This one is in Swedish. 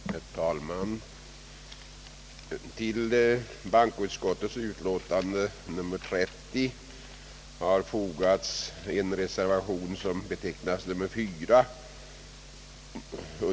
Herr talman! Till bankoutskottets pemställan under F i dess utlåtande nr 30 har fogats en reservation betecknad med nr 4.